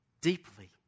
deeply